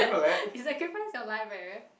you sacrifice your life eh